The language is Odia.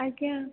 ଆଜ୍ଞା